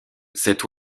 cet